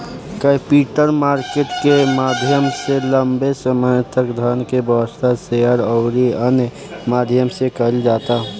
capital market के माध्यम से लंबे समय तक धन के व्यवस्था, शेयर अउरी अन्य माध्यम से कईल जाता